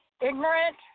Ignorant